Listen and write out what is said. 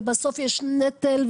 ובסוף יש נטל,